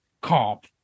comp